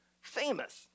famous